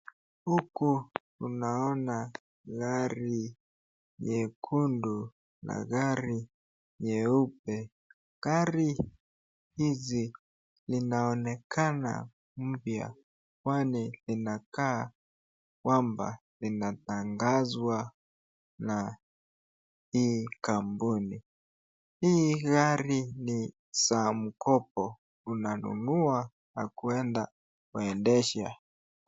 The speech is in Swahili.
Huku tunaona gari nyekundu na gari nyeupe. Gari hizi zinaonekana mpya kwani zinakaa kwamba zinatangazwa na hii kampini. Hizi gari ni za mkopo unanunua na kuenda kuendesha.